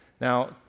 Now